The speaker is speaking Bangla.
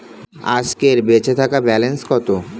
আজকের বেচে থাকা ব্যালেন্স কত?